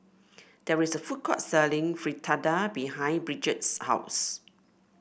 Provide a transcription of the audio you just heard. there is a food court selling Fritada behind Bridgett's house